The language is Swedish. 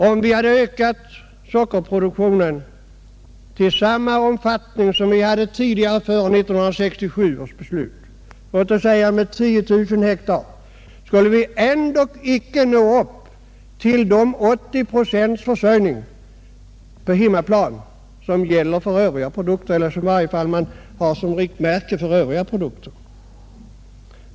Om vi hade ökat sockerproduktionen till samma omfattning som vi hade före 1967 års beslut, lät oss säga med 10 000 hektar, skulle vi ändå icke nä upp till de 80 procents försörjning på hemmaplan som man i varje fall har som riktmärke för övriga produkter.